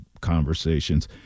conversations